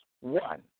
One